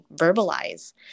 verbalize